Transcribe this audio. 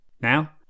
Now